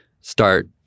start